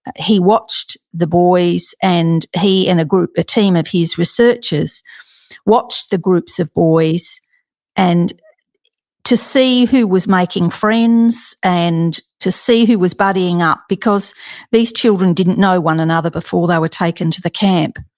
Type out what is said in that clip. he watched the boys, and he and a group, a team of his researchers, watched the groups of boys and to see who was making friends and to see who was buddying up because these children didn't know one another before they were taken to the camp.